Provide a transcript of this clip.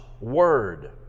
Word